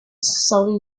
selling